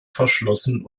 verschlossen